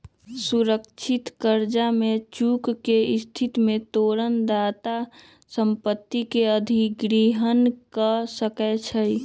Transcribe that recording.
सुरक्षित करजा में चूक के स्थिति में तोरण दाता संपत्ति के अधिग्रहण कऽ सकै छइ